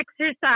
exercise